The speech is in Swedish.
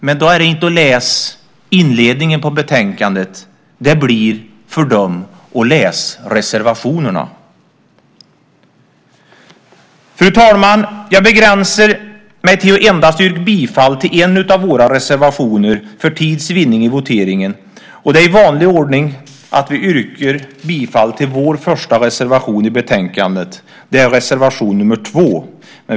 Men då ska de inte läsa inledningen på betänkandet utan de ska läsa reservationerna. Fru talman! Jag begränsar mig till att yrka bifall till endast en av våra reservationer för tids vinning i voteringen. Det är i vanlig ordning att vi yrkar bifall till vår första reservation i betänkandet, nämligen reservation nr 2.